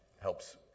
helps